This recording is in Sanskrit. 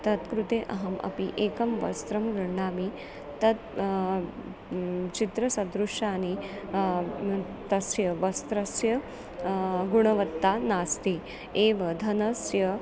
तत्कृते अहम् अपि एकं वस्त्रं गृह्णामि तत् चित्रसदृशानि तस्य वस्त्रस्य गुणवत्ता नास्ति एव धनस्य